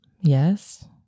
Yes